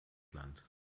land